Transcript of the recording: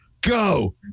go